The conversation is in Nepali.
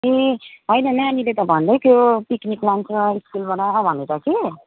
ए होइन नानीले त भन्दै थियो पिक्निक लान्छ स्कुलबाट भनेर कि